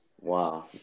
wow